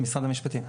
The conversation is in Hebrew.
משרד המשפטים.